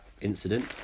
Incident